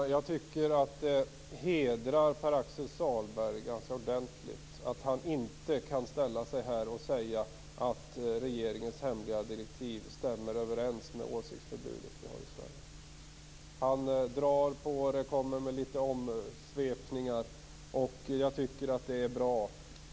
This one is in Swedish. Herr talman! Det hedrar Pär-Axel Sahlberg ordentligt att han inte kan ställa sig här och säga att regeringens hemliga direktiv stämmer överens med det åsiktsregistreringsförbud vi har i Sverige. Han drar på det och kommer med omsvep, och jag tycker att det är bra.